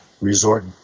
resort